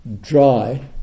dry